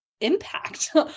impact